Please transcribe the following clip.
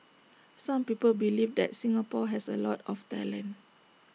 some people believe that Singapore has A lot of talent